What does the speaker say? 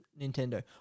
Nintendo